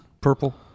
Purple